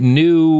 new